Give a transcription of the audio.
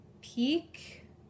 peak